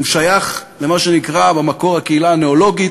הוא שייך למה שנקרא במקור הקהילה הניאולוגית,